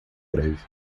breve